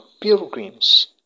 pilgrims